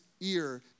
ear